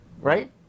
right